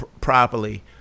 properly